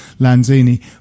Lanzini